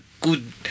good